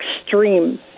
extreme